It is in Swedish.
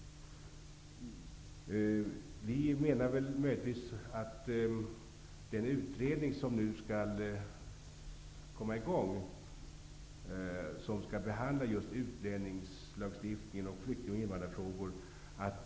Det är naturligt att en sådan fråga hänförs till den utredning som skall behandla utlänningslagstiftning och flykting och invandarfrågor.